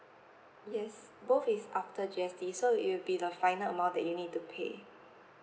yes both is after G_S_T so it will be the final amount that you need to pay